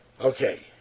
Okay